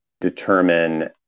determine